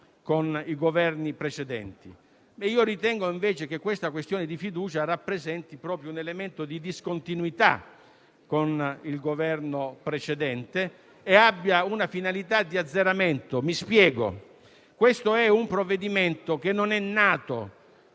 con i Governi precedenti. Ritengo invece che l'odierna posizione della questione di fiducia rappresenti proprio un elemento di discontinuità con il Governo precedente e abbia una finalità di azzeramento. Mi spiego: quello in esame è un provvedimento che non è nato